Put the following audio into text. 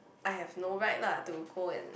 I have no rights like to go and